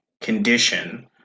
condition